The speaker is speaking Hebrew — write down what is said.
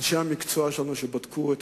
אנשי המקצוע שלנו שבדקו את